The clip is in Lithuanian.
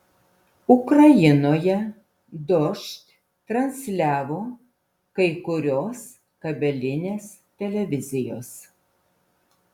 ukrainoje dožd transliavo kai kurios kabelinės televizijos